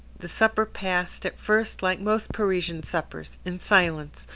the supper passed at first like most parisian suppers, in silence,